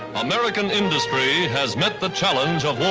american industry has met the challenge of war.